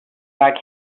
back